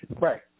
Right